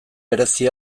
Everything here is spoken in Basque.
berezi